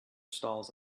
stalls